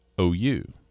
OU